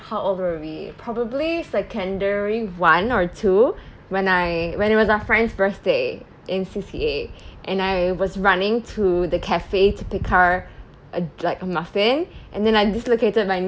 how old were we probably secondary one or two when I when it was our friend's birthday in C_C_A and I was running to the cafe to pick up a like a muffin and then I dislocated my